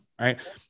right